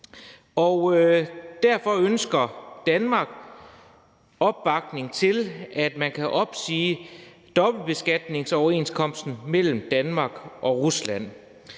derfor ønsker Danmark opbakning til, at man kan opsige dobbeltbeskatningsoverenskomsten mellem Danmark og Rusland.